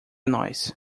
nós